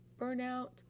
burnout